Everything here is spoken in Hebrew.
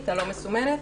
הלא-מסומנת,